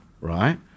right